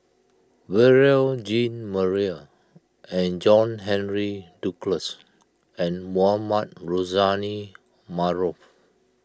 Beurel Jean Marie and John Henry Duclos and Mohamed Rozani Maarof